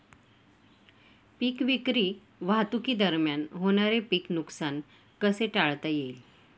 पीक विक्री वाहतुकीदरम्यान होणारे पीक नुकसान कसे टाळता येईल?